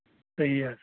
صحیح حظ